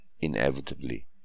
inevitably